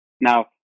Now